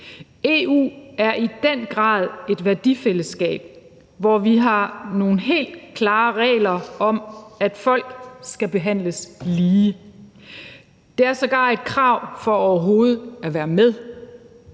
EU er i den grad et værdifællesskab, hvor vi har nogle helt klare regler om, at folk skal behandles lige. Det er sågar et krav for overhovedet at være med.